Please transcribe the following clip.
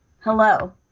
hello